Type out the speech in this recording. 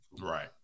Right